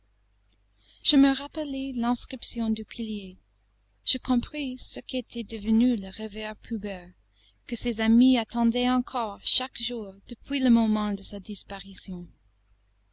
je me rappelai l'inscription du pilier je compris ce qu'était devenu le rêveur pubère que ses amis attendaient encore chaque jour depuis le moment de sa disparition